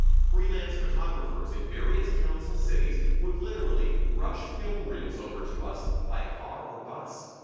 freelance photographers in various towns and cities would literally rush film reels over to us by car or bus.